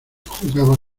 jugaba